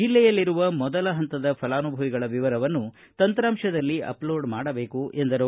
ಜಲ್ಲೆಯಲ್ಲಿರುವ ಮೊದಲ ಹಂತದ ಫಲಾನುಭವಿಗಳ ವಿವರವನ್ನು ತಂತ್ರಾಂಶದಲ್ಲಿ ಅಪಲೋಡ್ ಮಾಡಬೇಕು ಎಂದರು